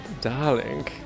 Darling